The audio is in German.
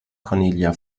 cornelia